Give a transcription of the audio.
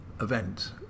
event